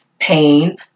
pain